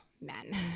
men